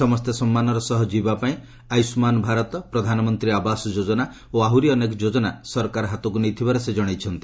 ସମସ୍ତେ ସମ୍ମାନର ସହ ଜୀଇଁବା ପାଇଁ ଆୟଷ୍କା ଭାରତ ପ୍ରଧାନମନ୍ତ୍ରୀ ଆବାସ ଯୋଜନା ଓ ଆହରି ଅନେକ ଯୋଜନା ସରକାର ହାତକୁ ନେଇଥିବାର ସେ ଜଣାଇଛନ୍ତି